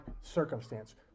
circumstance